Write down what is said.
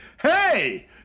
hey